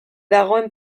dagoen